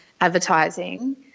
advertising